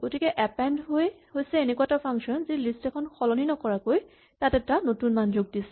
গতিকে এপেন্ড হৈছে এনেকুৱা এটা ফাংচন যি লিষ্ট এখন সলনি নকৰাকৈ তাত এটা নতুন মান যোগ দিয়ে